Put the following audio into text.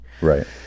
Right